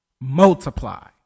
multiply